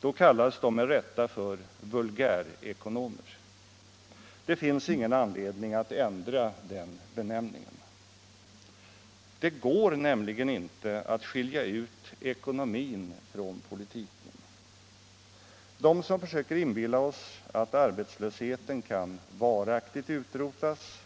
Då kallades de med rätta för vulgärekonomer. Det finns ingen anledning att ändra den benämningen. Det går nämligen inte att skilja ut ekonomin från politiken. De som försöker inbilla oss att arbetslösheten varaktigt kan utrotas